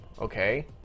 Okay